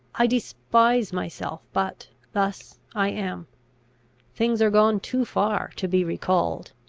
i despise myself, but thus i am things are gone too far to be recalled.